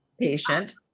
patient